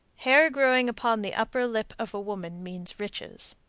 hair growing upon the upper lip of a woman means riches.